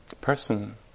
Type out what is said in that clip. person